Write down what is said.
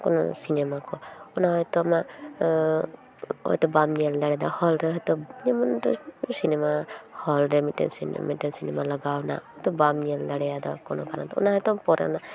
cinema ᱠᱚ ᱚᱱᱟ ᱦᱚᱭᱛᱳ ᱟᱢᱟ ᱵᱟᱢ ᱧᱮᱞ ᱫᱟᱲᱮᱭᱫᱟ ᱦᱚᱞᱨᱮ ᱦᱚᱭᱛᱚ ᱵᱟᱢ ᱧᱮᱞᱫᱟᱲᱮᱭᱫᱟ ᱥᱤᱱᱮᱢᱟ ᱦᱚᱞᱨᱮ ᱢᱤᱫᱴᱮᱱ ᱥᱤᱱᱮᱢᱟ ᱞᱟᱜᱟᱣ ᱱᱟᱛᱳ ᱵᱟᱢ ᱧᱮᱞ ᱫᱟᱲᱮᱭᱟᱫᱟ ᱠᱚᱱᱚ ᱠᱟᱨᱚᱱ ᱛᱮ ᱚᱱᱟ ᱦᱚᱭᱛᱚ